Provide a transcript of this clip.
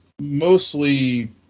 mostly